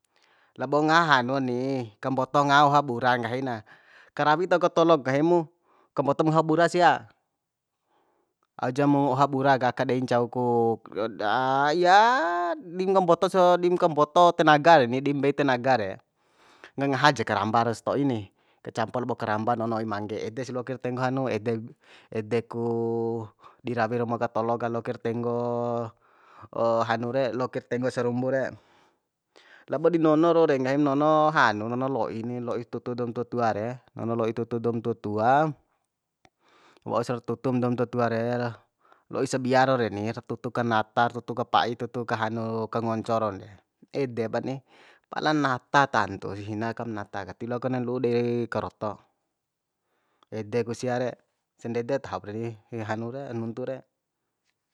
Labo ngaha hanu ni kamboto ngaha oha bura nggahi na karawi taho ka tolok nggahi mu kambotok ngaha oha bura sia aujamu oha bura ka aka dei ncau ku di ngo mboto sa dim kamboto tenaga reni dim mbei tenaga re ngangaha ja karamba raus to'i ni kacampo labo karamba nono oi mangge ede sih loakir tenggo hanu ede ede ku di rawi romo ka tolo ka lokir tenggo hanu re lokir tenggo sarumbu re labo di nono rau re nggahim nono hanu nono lo'i ni lo'i tutu doum tutua re nono lo'i tutu doum tuatua waursa tutum doum tuatua re lo'i sabia rau reni ra tutu kanata ra tutu ka pa'i tutu ka hanu ka ngonco raun de ede pani pala nata tantu si na kanata ka tiloa konen lu'u dei karoto ede ku sia re sandede tahop re hanu re nuntu re